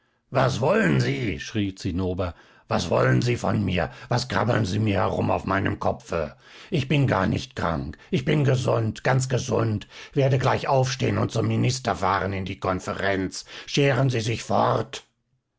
was wollen sie schrie zinnober was wollen sie von mir was krabbeln sie mir herum auf meinem kopfe ich bin gar nicht krank ich bin gesund ganz gesund werde gleich aufstehen und zum minister fahren in die konferenz scheren sie sich fort